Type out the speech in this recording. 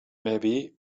maybe